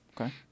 okay